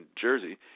Jersey